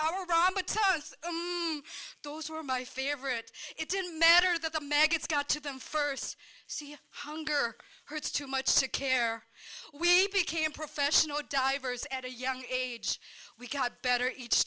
materials those were my favorite it didn't matter that the maggots got to them first hunger hurts too much to care we became professional divers at a young age we got better each